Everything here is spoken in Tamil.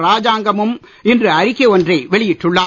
ராஜாங்க மும் இன்று அறிக்கை ஒன்றை வெளியிட்டுள்ளார்